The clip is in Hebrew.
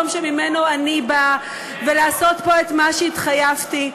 שממנו אני באה ולעשות פה את מה שהתחייבתי.